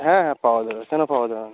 হ্যাঁ হ্যাঁ পাওয়া যাবে কোনো পাওয়া যাবে না